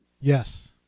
yes